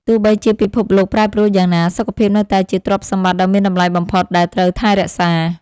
ទោះបីជាពិភពលោកប្រែប្រួលយ៉ាងណា សុខភាពនៅតែជាទ្រព្យសម្បត្តិដ៏មានតម្លៃបំផុតដែលត្រូវថែរក្សា។